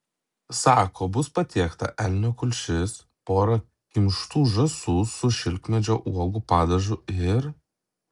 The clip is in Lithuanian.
sako bus patiekta elnio kulšis pora kimštų žąsų su šilkmedžio uogų padažu ir